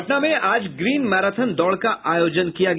पटना में आज green marathon दौड़ का आयोजन किया गया